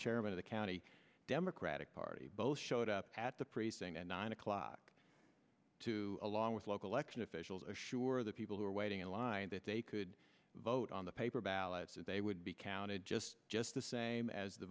chairman of the county democratic party both showed up at the precinct and nine o'clock two along with local election officials assure the people who were waiting in line that they could vote on the paper ballots and they would be counted just the same as the